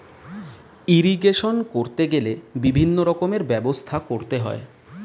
irrigation করতে গেলে বিভিন্ন রকমের ব্যবস্থা করতে হয়